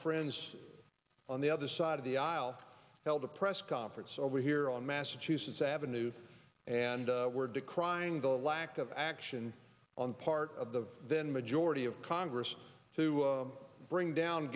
friends on the other side of the aisle held a press conference over here on massachusetts avenue and we're decrying the lack of action on the part of the then majority of congress to bring down